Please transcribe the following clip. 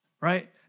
right